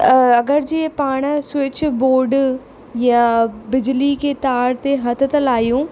अगरि जीअं पाण स्विच बोर्ड या बिजली के तार ते हथ था लाहियूं